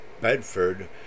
bedford